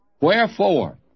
wherefore